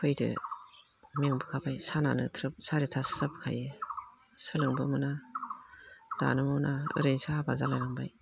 फैदो मेंफैखाबाय सानानो थ्रोब सारिथासो जाबोखायो सोलोंनोबो मोना दानोबो मोना ओरैनोसो हाबा जालाय लांबाय